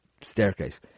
staircase